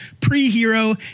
pre-hero